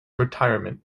retirement